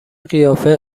قیافه